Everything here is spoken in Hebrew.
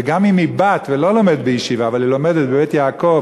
וגם אם היא בת ולא לומדת בישיבה אבל היא לומדת ב"בית יעקב"